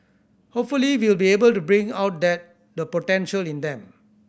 hopefully we will be able to bring out the potential in them